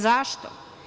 Zašto?